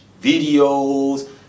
videos